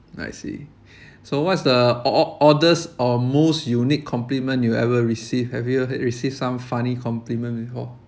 I see so what's the o~ oddest or most unique compliment you ever receive have you received some funny compliment before